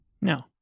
No